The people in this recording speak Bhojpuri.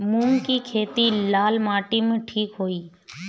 मूंग के खेती लाल माटी मे ठिक होई?